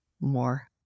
more